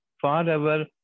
forever